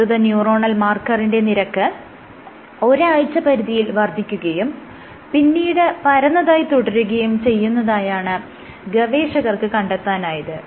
പ്രസ്തുത ന്യൂറോണൽ മാർക്കറിന്റെ നിരക്ക് ഒരാഴ്ച പരിധിയിൽ വർദ്ധിക്കുകയും പിന്നീട് പരന്നതായി തുടരുകയും ചെയ്യുന്നതായാണ് ഗവേഷകർക്ക് കണ്ടെത്താനായത്